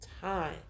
time